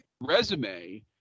resume